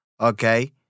Okay